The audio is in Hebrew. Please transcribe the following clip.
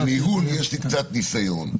בניהול יש לי קצת ניסיון,